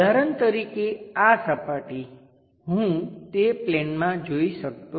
ઉદાહરણ તરીકે આ સપાટી હું તે પ્લેનમાં જોઈ શકતો નથી